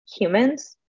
humans